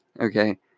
Okay